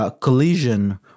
collision